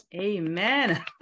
Amen